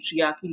patriarchy